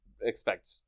expect